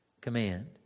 command